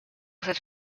cette